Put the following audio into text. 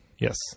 Yes